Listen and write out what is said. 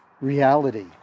reality